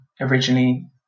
originally